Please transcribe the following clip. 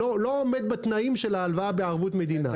הוא לא עומד בתנאים של הלוואה בערבות מדינה.